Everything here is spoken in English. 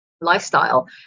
lifestyle